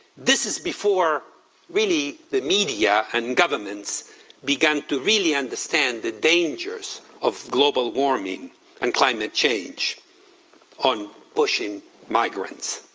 this is before really the media and governments began to really understand the dangers of global warming and climate change on bushing migrants.